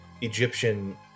Egyptian